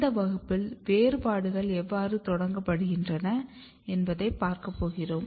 இந்த வகுப்பில் வேறுபாடுகள் எவ்வாறு தொடங்கப்படுகின்றன என்பதைப் பார்க்கப் போகிறோம்